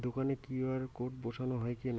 দোকানে QR code বসানো হয় কেন?